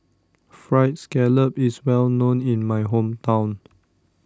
Fried Scallop is well known in my hometown